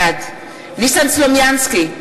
בעד ניסן סלומינסקי,